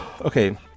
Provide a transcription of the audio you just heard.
Okay